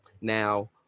Now